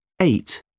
Eight